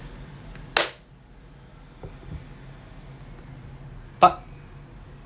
part